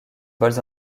vols